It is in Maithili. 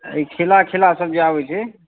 ई खिला खिला भी आबै छै